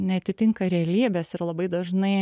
neatitinka realybės ir labai dažnai